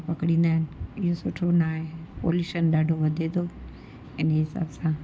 ऐं पकड़ींदा आहिनि इहो सुठो नाहे पॉल्युशन ॾाढो वधे थो इन जे हिसाब सां